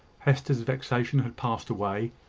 hester's vexation had passed away,